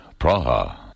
Praha